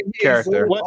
character